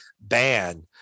ban